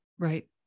Right